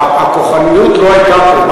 כוחניות לא הייתה פה,